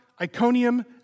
Iconium